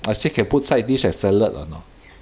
I still can put side dish as salad or not